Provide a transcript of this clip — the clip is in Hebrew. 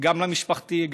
גם למשפחתי,